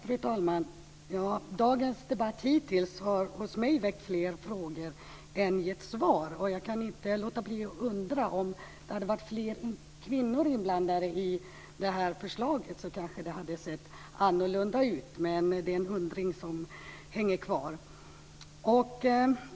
Fru talman! Dagens debatt hittills har hos mig väckt fler frågor än gett svar. Jag kan inte låta bli att undra: Om det hade varit fler kvinnor inblandade i förslaget kanske det hade sett annorlunda ut? Det är en undran som hänger kvar.